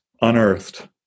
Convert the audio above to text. unearthed